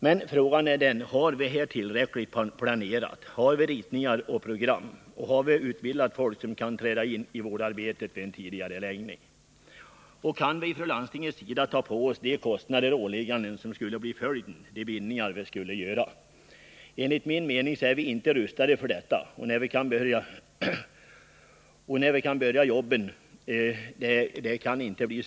Men frågan är om vi har en planering som är tillräckligt långt framme när det gäller ritningar och program och om det finns utbildat folk som kan träda in i vårdarbetet vid en tidigareläggning. Kan landstinget ta på sig de kostnader och åligganden som detta skulle innebära? Enligt min mening är landstinget inte rustat för detta. Arbetena kan inte sättas i gång inom någon snar framtid.